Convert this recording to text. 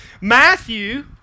Matthew